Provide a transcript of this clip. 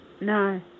No